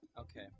Okay